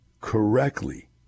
correctly